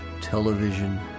television